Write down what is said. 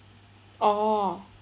orh